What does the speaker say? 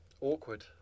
Awkward